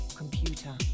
Computer